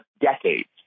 decades